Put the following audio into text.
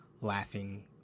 laughing